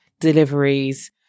deliveries